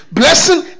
blessing